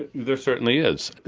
there certainly is.